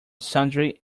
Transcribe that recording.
sundry